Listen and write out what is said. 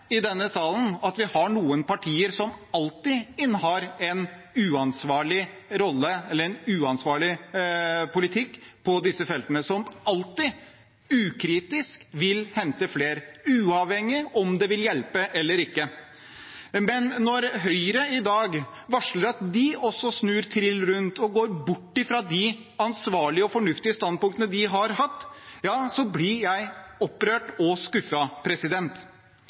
at vi har noen partier som alltid innehar en uansvarlig rolle eller en uansvarlig politikk på disse feltene, som alltid – ukritisk – vil hente flere, uavhengig av om det vil hjelpe eller ikke. Men når Høyre i dag varsler at de også snur trill rundt og går bort fra de ansvarlige og fornuftige standpunktene de har hatt, blir jeg opprørt og